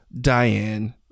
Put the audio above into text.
Diane